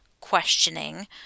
questioning